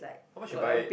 how much you buy